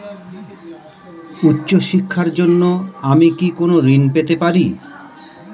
উচ্চশিক্ষার জন্য আমি কি কোনো ঋণ পেতে পারি?